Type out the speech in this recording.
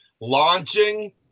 Launching